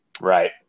right